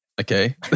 Okay